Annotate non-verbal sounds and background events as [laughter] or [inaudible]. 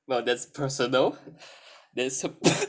well that's personal there is a [coughs]